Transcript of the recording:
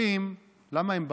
אומרים: למה הם בכו?